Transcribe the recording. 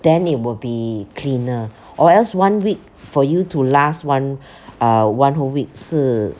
then it will be cleaner or else one week for you to last one uh one whole week 是